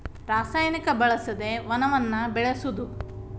ರಸಾಯನಿಕ ಬಳಸದೆ ವನವನ್ನ ಬೆಳಸುದು